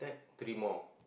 three more